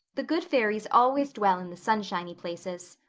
the good fairies always dwell in the sunshiny places.